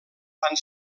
van